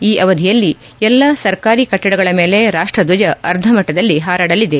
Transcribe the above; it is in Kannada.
ಈ ಅವಧಿಯಲ್ಲಿ ಎಲ್ಲ ಸರ್ಕಾರಿ ಕಟ್ಟಡಗಳ ಮೇಲೆ ರಾಷ್ಟ್ರಧ್ವಜ ಅರ್ಧ ಮಟ್ಟದಲ್ಲಿ ಹಾರಾಡಲಿದೆ